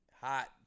Hot